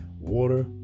Water